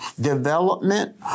development